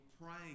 praying